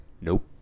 Nope